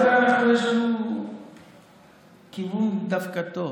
יש לנו כיוון טוב דווקא.